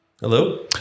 Hello